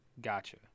Gotcha